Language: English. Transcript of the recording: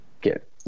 get